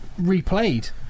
replayed